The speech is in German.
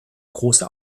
große